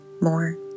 more